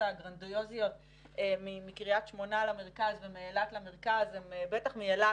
הגרנדיוזיות מקריית שמונה למרכז ומאילת למרכז בטח מאילת